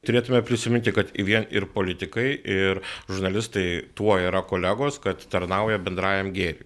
turėtume prisiminti kad vien ir politikai ir žurnalistai tuo yra kolegos kad tarnauja bendrajam gėriui